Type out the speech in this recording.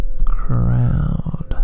Crowd